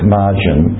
margin